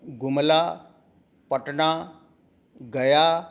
Gumla Patna Gaya